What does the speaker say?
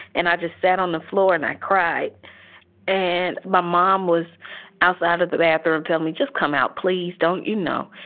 and i just sat on the floor and i cried and my mom was outside of the bathroom telling me, just come out, please don't. you know,